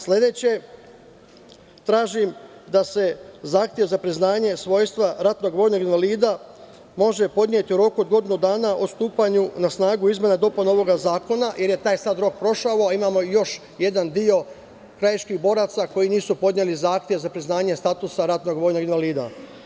Sledeće, tražim da se zahtev za priznanje svojstva ratnog vojnog invalida može podneti u roku od godinu dana od stupanja na snagu izmena i dopuna ovog zakona, jer je taj sad rok prošao a imamo još jedan deo krajiških boraca koji nisu podneli zahtev za priznanje statusa ratnog vojnog invalida.